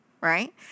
right